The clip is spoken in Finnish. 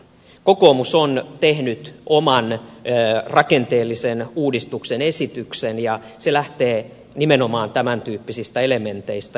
kokoomus on tehnyt oman rakenteellisen uudistusesityksensä ja se lähtee nimenomaan tämäntyyppisistä elementeistä